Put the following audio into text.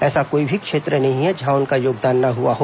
ऐसा कोई भी क्षेत्र नहीं हैं जहां उनका योगदान न हुआ हो